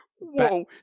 whoa